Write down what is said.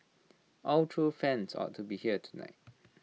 all true fans ought to be here tonight